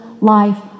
life